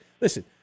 listen